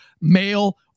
male